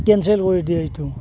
cancel কৰি দিয়ে এইটো